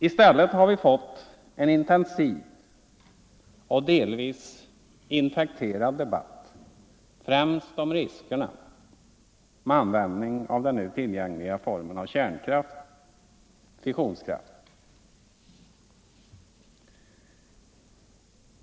I stället har vi fått en intensiv och delvis infekterad debatt, främst om riskerna med användning av den nu tillgängliga formen av kärnkraft, fissionskraften.